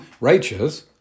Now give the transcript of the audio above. righteous